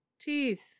Teeth